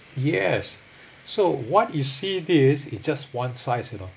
yes so what you see this is just one size you know